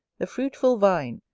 the fruitful vine,